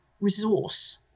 resource